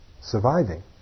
surviving